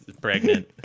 pregnant